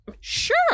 Sure